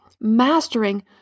Mastering